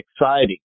exciting